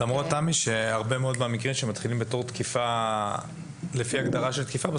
למרות שהרבה מאוד מהמקרים שמתחילים כתקיפה לפי הגדרה של תקיפה,